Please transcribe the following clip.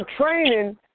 training